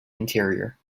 interior